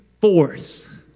force